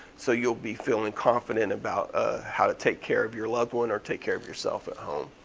so you'll be feeling confident about ah how to take care of your loved one or take care of yourself at home.